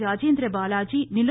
Rajendra Balaji நிலோ